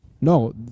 No